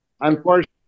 unfortunately